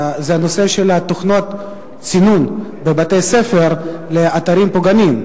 זה הנושא של תוכנות סינון בבתי-ספר לאתרים פוגעניים.